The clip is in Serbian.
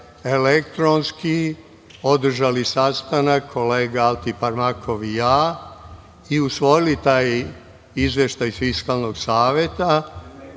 elektronski održali sastanak kolega Altiparmakov i ja i usvojili taj izveštaj Fiskalnog saveta,